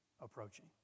approaching